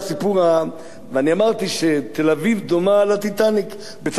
ואני אמרתי שתל-אביב דומה ל"טיטניק" בצד אחד העיר סובלת,